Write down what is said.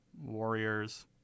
Warriors